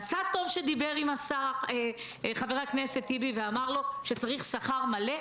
עשה טוב חבר הכנסת טיבי שדיבר עם השר ואמר לו שצריך שכר מלא,